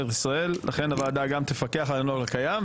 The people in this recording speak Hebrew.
ישראל ולכן הוועדה תפקח על הנוהל הקיים.